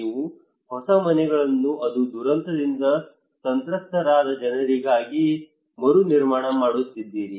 ನೀವು ಹೊಸ ಮನೆಗಳನ್ನು ಅದು ದುರಂತದಿಂದ ಸಂತ್ರಸ್ತರಾದ ಜನರಿಗಾಗಿ ಮರುನಿರ್ಮಾಣ ಮಾಡುತ್ತಿದ್ದೀರಿ